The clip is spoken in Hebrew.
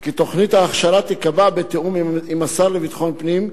כי תוכנית ההכשרה תיקבע בתיאום עם השר לביטחון פנים,